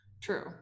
True